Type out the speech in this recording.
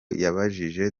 yabajije